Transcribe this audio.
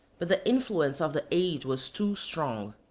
but the influence of the age was too strong.